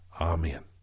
Amen